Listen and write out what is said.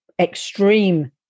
extreme